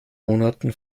monaten